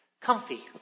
comfy